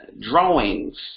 drawings